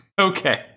okay